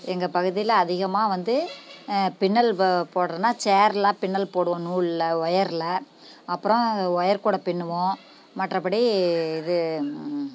எங்கள் பகுதியில் அதிகமாக வந்து பின்னல் போடுறதுனா சேருலாம் பின்னல் போடுவோம் நூலில் ஒயரில் அப்புறம் ஒயர் கூடை பின்னுவோம் மற்றபடி இது